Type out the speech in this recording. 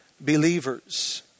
believers